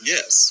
Yes